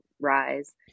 Rise